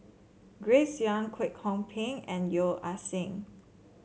Grace Young Kwek Hong Png and Yeo Ah Seng